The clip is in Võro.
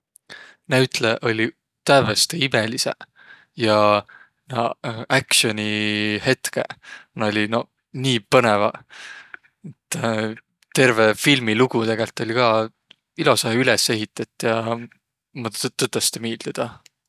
Näütlejäq olliq tävveste imelidseq ja naaq actioni hetkeq, naaq olliq no nii põnõvaq. Et terveq filmi lugu tegelt oll' ka ilosahe üles ehitet ja mullõ tõtõstõ miildü taa.